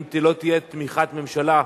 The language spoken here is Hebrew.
אם לא תהיה תמיכת ממשלה,